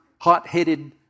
hot-headed